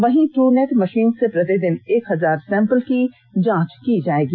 वही Truenat machine से प्रतिदिन एक हजार सैंपल की जांच की जाएगी